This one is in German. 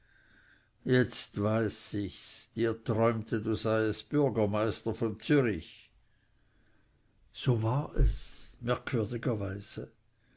jetzt weiß ich's dir träumte du seiest bürgermeister von zürich so war es merkwürdigerweise